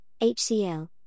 hcl